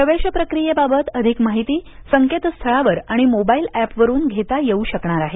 प्रवेशप्रक्रीयेबाबत अधिक माहिती संकेतस्थळावर आणि मोबाइल एपवरून घेता येवू शकणार आहे